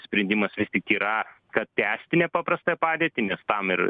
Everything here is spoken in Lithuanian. sprendimas vis tik yra kad tęsti nepaprastąją padėtį nes tam ir